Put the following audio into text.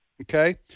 Okay